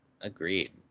Agreed